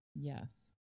yes